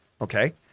okay